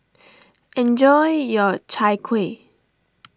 enjoy your Chai Kueh